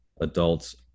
adults